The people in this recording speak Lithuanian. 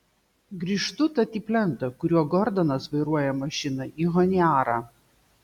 grįžtu tad į plentą kuriuo gordonas vairuoja mašiną į honiarą